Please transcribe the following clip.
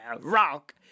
rock